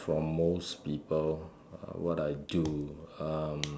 from most people uh what I do um